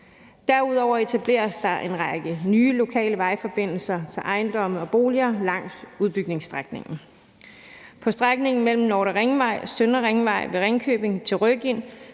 Derudover etableres der en række nye lokale vejforbindelser til ejendomme og boliger langs udbygningsstrækningen. På strækningen mellem Nordre Ringvej og Søndre Ringvej ved Ringkøbing til Røgind,